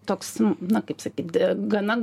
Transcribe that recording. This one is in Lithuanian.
toks na kaip sakyt gana